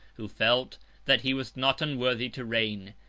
who felt that he was not unworthy to reign.